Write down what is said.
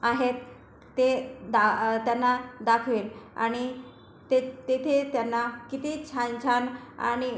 आहेत ते दा त्यांना दाखवेल आणि ते तेथे त्यांना किती छान छान आणि